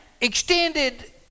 extended